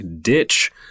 ditch